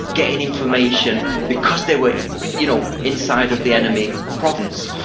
getting information, because they were you know inside of the enemy province.